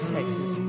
Texas